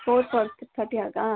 four forty thirty ಹಾಗಾ